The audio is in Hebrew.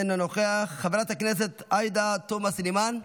אינו נוכח, חברת הכנסת עאידה תומא סלימאן,